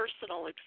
personal